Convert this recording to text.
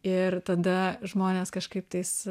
ir tada žmonės kažkaip tais